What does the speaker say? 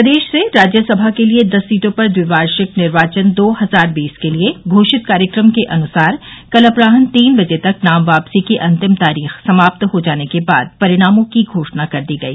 प्रदेश से राज्यसभा के लिये दस सीटों पर द्विवार्षिक निर्वाचन दो हजार बीस के लिये घोषित कार्यक्रम के अनुसार कल अपरान्ह तीन बजे तक नाम वापसी की अंतिम तारीख समाप्त हो जाने के बाद परिणामों की घोषणा कर दी गई